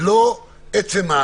ולא עצם,